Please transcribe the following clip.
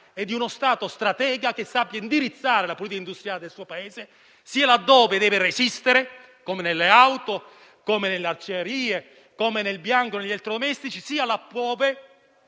di uno Stato stratega che sappia indirizzare la politica industriale del suo Paese, sia laddove deve resistere, come nel settore delle auto, delle acciaierie, nel bianco e negli elettrodomestici, sia laddove